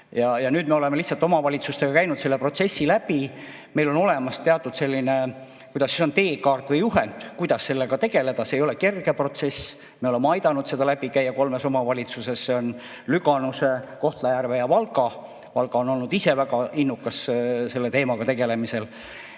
ju. Nüüd me oleme lihtsalt omavalitsustega käinud selle protsessi läbi. Meil on olemas teatud selline teekaart või juhend, kuidas sellega tegeleda. See ei ole kerge protsess, me oleme aidanud seda läbi käia kolmes omavalitsuses: Lüganuse, Kohtla-Järve ja Valga. Valga on olnud ise väga innukas selle teemaga tegelemisel.